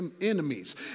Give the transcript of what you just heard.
enemies